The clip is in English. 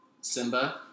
Simba